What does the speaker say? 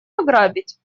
ограбить